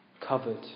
covered